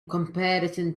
comparison